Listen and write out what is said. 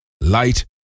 light